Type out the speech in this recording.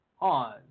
on